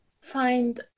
find